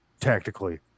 tactically